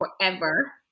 forever